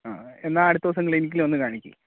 ആ എന്നാൽ അടുത്ത ദിവസം ക്ലിനിക്കിൽ വന്നു കാണിക്കുക